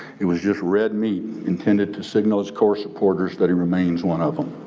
it was just red meat intended to signal core supporters that he remains one of them.